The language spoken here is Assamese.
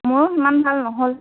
মোৰো সিমান ভাল নহ'ল